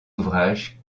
ouvrages